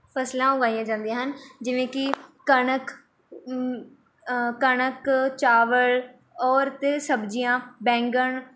ਫ਼ਸਲਾਂ ਉਗਾਈਆਂ ਜਾਂਦੀਆਂ ਹਨ ਜਿਵੇਂ ਕਿ ਕਣਕ ਕਣਕ ਚਾਵਲ ਔਰ ਅਤੇ ਸਬਜ਼ੀਆਂ ਬੈਂਗਣ